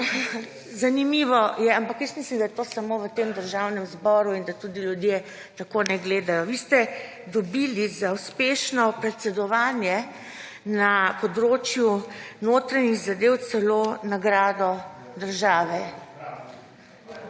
zanimivo je, ampak mislim, da je to samo v tem državnem zboru in da tudi ljudje tako ne gledajo, vi ste dobili za uspešno predsedovanje na področju notranjih zadev celo nagrado države